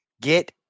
Get